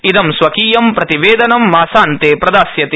इदं स्वकीयं प्रतिवेदनं मासान्ते प्रदास्यति